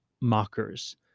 mockers